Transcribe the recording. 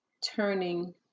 turning